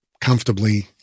Comfortably